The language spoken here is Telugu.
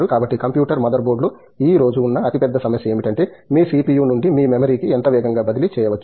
కాబట్టి కంప్యూటర్ మదర్ బోర్డ్లో ఈ రోజు ఉన్న అతి పెద్ద సమస్య ఏమిటంటే మీ CPU నుండి మీ మెమరీకి ఎంత వేగంగా బదిలీ చేయవచ్చు